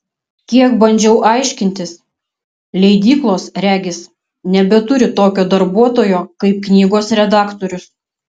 kiek bandžiau aiškintis leidyklos regis nebeturi tokio darbuotojo kaip knygos redaktorius